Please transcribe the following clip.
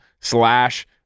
slash